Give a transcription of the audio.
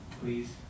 please